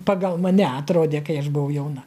pagal mane atrodė kai aš buvau jauna